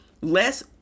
Less